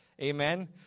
Amen